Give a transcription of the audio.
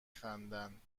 خندند